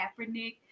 Kaepernick